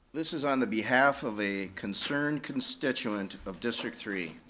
this is on the behalf of a concerned constituent of district three.